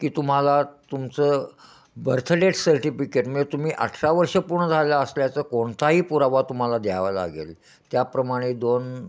की तुम्हाला तुमचं बर्थ डेट सर्टिफिकेट म्हणजे तुम्ही अठरा वर्ष पूर्ण झालं असल्याच कोणताही पुरावा तुम्हाला द्यावं लागेल त्याप्रमाणे दोन